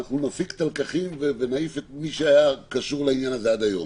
אנחנו נפיק את הלקחים ונעיף את מי שהיה קשור לעניין הזה עד היום.